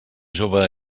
jove